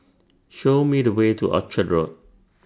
Show Me The Way to Orchard Road